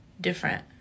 different